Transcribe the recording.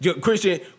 Christian